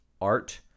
art